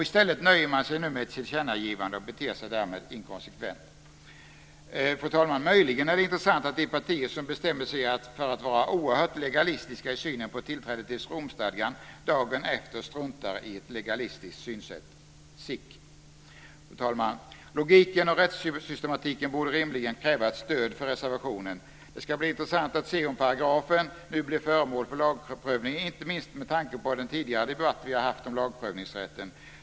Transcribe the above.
I stället nöjer man sig nu med ett tillkännagivande och beter sig därmed inkonsekvent. Fru talman! Möjligen är det intressant att de partier som bestämmer sig för att vara oerhört legalistiska i synen på tillträdet till Romstadgan dagen efter struntar i ett legalistiskt synsätt. Sic! Fru talman! Logiken och rättssystematiken borde rimligen kräva ett stöd för reservationen. Det ska bli intressant att se om paragrafen nu blir föremål för lagprövning, inte minst med tanke på den tidigare debatt vi har haft om lagprövningsrätten.